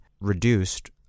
reduced